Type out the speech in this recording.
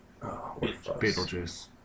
Beetlejuice